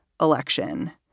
election